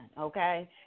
okay